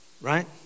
right